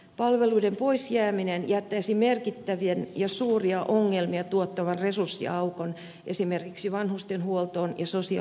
palveluiden poisjääminen jättäisi merkittävän ja suuria ongelmia tuottavan resurssiaukon esimerkiksi vanhusten huoltoon ja sosiaalitoimeen